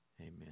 Amen